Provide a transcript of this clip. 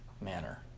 manner